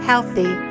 Healthy